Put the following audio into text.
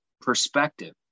perspective